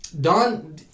Don